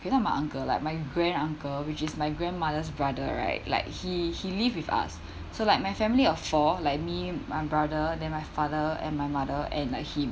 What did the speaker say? okay not my uncle like my grand uncle which is my grandmother's brother right like he he lived with us so like my family of four like me my brother then my father and my mother and like him